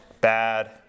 bad